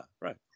right